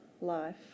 life